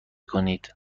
کنید